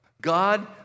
God